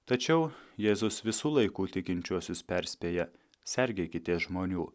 tačiau jėzus visų laikų tikinčiuosius perspėja sergėkitės žmonių